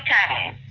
time